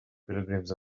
pilgrims